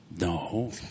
No